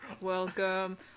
Welcome